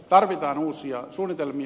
tarvitaan uusia suunnitelmia